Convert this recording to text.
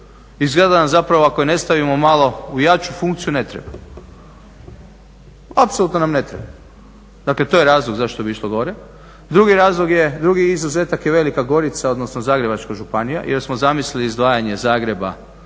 I zgrada nam zapravo ako je ne stavimo malo u jaču funkciju ne treba. Apsolutno nam ne treba. Dakle, to je razlog zašto bi išlo gore. Drugi razlog je, drugi izuzetak je Velika Gorica, odnosno Zagrebačka županija jer smo zamislili izdvajanje Zagreba